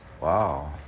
wow